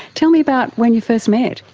tell me about when you first met.